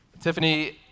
Tiffany